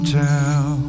down